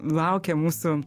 laukia mūsų